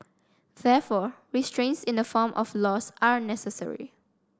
therefore restraints in the form of laws are necessary